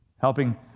helping